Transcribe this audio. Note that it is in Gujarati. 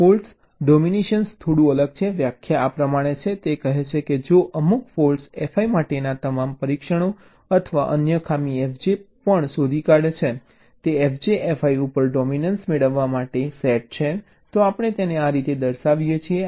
ફોલ્ટ ડોમીનન્સ થોડું અલગ છે વ્યાખ્યા આ પ્રમાણે છે તે કહે છે કે જો અમુક ફોલ્ટ fi માટેના તમામ પરીક્ષણો અન્ય ખામી fj ને પણ શોધી કાઢે છે તો fj fi ઉપર ડોમીનન્સ મેળવવા માટે સેટ છે તો આપણે તેને આ રીતે દર્શાવીએ છીએ